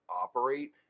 operate